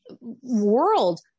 world